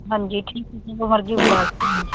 ਹਾਂਜੀ ਠੀਕ ਹੈ ਜੀ ਜਦੋਂ ਮਰਜੀ ਬੁਲਾ ਲਿਓ